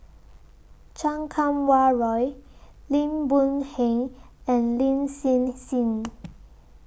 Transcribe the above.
Chan Kum Wah Roy Lim Boon Heng and Lin Hsin Hsin